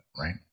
right